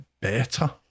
better